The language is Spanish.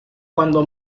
cuando